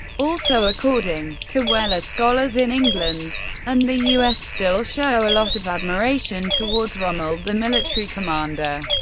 also according to wehler, scholars in england and the us still show a lot of admiration towards rommel the military commander.